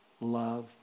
love